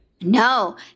No